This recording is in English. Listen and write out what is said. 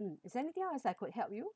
mm is there anything else I could help you